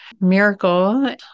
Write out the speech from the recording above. miracle